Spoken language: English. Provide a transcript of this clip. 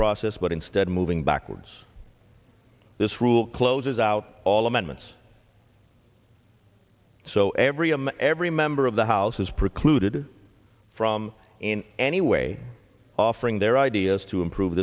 process but instead moving backwards this rule closes out all amendments so every i'm every member of the house is precluded from in any way offering their ideas to improve